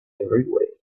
everywhere